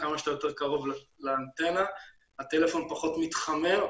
כמה שאתה יותר קרוב לאנטנה הטלפון פחות מתחמם,